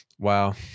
Wow